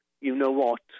you-know-what